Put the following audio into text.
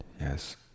yes